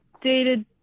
dated